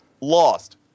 lost